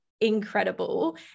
incredible